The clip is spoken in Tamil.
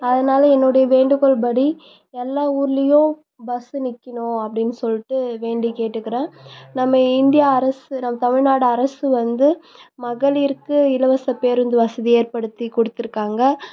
அதனாலே என்னுடய வேண்டுகோள் படி எல்லா ஊர்லையும் பஸ் நிற்கிணும் அப்படினு சொல்லிட்டு வேண்டி கேட்டுக்கிறேன் நம்ம இந்தியா அரசு நம் தமிழ்நாடு அரசு வந்து மகளிருக்கு இலவச பேருந்து வசதி ஏற்படுத்தி கொடுத்துருக்காங்க